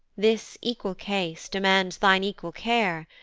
this equal case demands thine equal care,